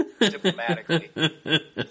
diplomatically